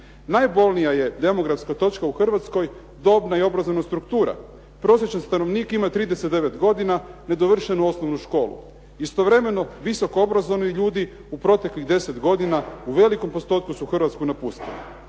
Najbolnija je demografska točka u Hrvatskoj dobna i obrazovna struktura. Prosječan stanovnik ima 39 godina, nedovršenu osnovnu školu. Istovremeno, visoko obrazovani ljudi u proteklih 10 godina u velikom postotku su Hrvatsku napustili.